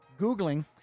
googling